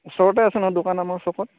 ওচৰতে আছে নহয় দোকান আমাৰ চকত